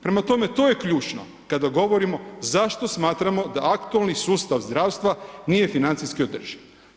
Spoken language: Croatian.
Prema tome, to je ključno kada govorimo zašto smatramo da aktualni sustav zdravstva nije financijski održiv.